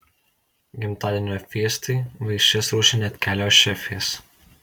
gimtadienio fiestai vaišes ruošė net kelios šefės